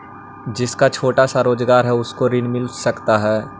जिसका छोटा सा रोजगार है उसको ऋण मिल सकता है?